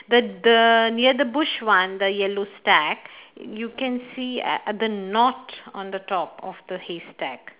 the the near the bush one the yellow stack you can see uh the knot on the top of the haystack